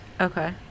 Okay